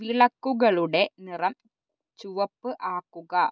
വിളക്കുകളുടെ നിറം ചുവപ്പ് ആക്കുക